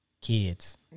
kids